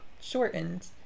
shortened